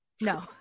No